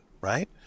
right